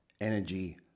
Energy